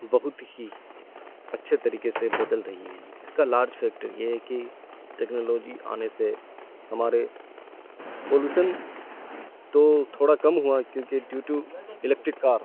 بہت ہی اچھے طریقے سے بدل رہی ہے اس کا لارج فیکٹر یہ ہے کہ ٹیکنالوجی آنے سے ہمارے پالوشن تو تھوڑا کم ہوا کیونکہ ڈیو ٹو الیکٹک کار